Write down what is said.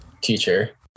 teacher